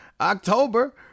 October